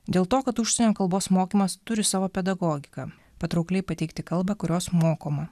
dėl to kad užsienio kalbos mokymas turi savo pedagogiką patraukliai pateikti kalbą kurios mokoma